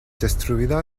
destruida